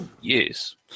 Yes